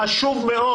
חשוב מאוד.